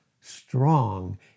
strong